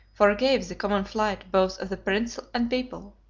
forgave the common flight both of the prince and people.